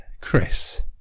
Chris